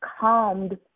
calmed